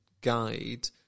guide